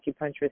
acupuncturist